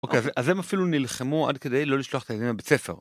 אוקיי אז הם אפילו נלחמו עד כדי לא לשלוח את הילדה לבית ספר.